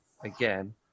again